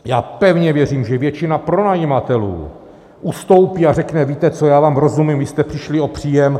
Já pevně věřím, že většina pronajímatelů ustoupí a řekne, víte co, já vám rozumím, vy jste přišli o příjem.